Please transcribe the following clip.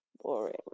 Boring